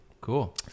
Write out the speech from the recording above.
Cool